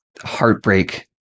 heartbreak